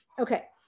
Okay